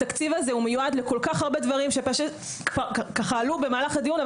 התקציב הזה מיועד לכל כך הרבה דברים שכבר עלו במהלך הדיון,